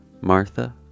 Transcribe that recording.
martha